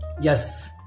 Yes